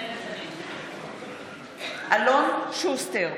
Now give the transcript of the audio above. מתחייבת אני אלון שוסטר,